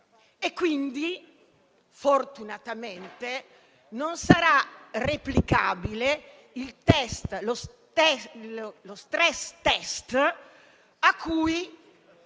Quindi fortunatamente, non sarà replicabile lo *stress test* a cui